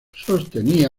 sostenía